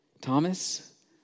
Thomas